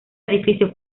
edificio